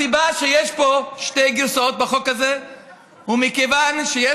הסיבה שיש שתי גרסאות בחוק הזה היא שיש